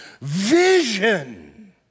vision